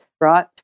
right